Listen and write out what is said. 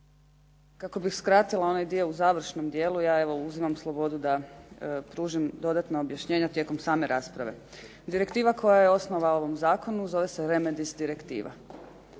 Kako bih skratila onaj dio u završnom dijelu, ja evo uzimam slobodu da pružim dodatna objašnjenja tijekom same rasprave. Direktiva koja je osnova ovom zakonu zove se Remedies direktiva.